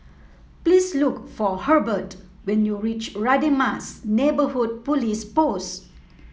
please look for Herbert when you reach Radin Mas Neighbourhood Police Post